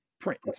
print